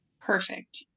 Perfect